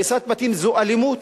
הריסת בתים זו אלימות.